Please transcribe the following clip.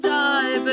die